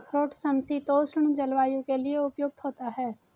अखरोट समशीतोष्ण जलवायु के लिए उपयुक्त होता है